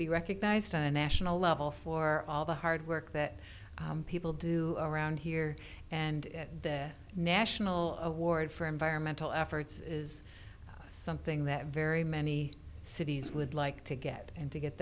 be recognized on a national level for all the hard work that people do around here and the national award for environmental efforts is something that very many cities would like to get and to get